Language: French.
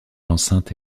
l’enceinte